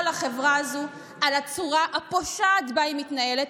לחברה הזו על הצורה הפושעת שבה היא מתנהלת.